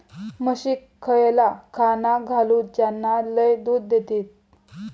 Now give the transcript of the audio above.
म्हशीक खयला खाणा घालू ज्याना लय दूध देतीत?